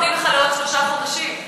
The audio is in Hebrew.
נותנים לך לעוד שלושה חודשים.